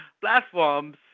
platforms